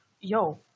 yo